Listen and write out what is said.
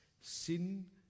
sin